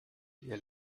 ihr